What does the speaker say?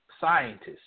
scientists